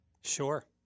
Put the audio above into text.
Sure